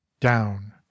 down